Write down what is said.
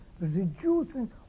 reducing